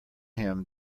him